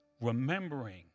remembering